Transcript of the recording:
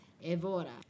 Evora